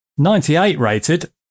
98-rated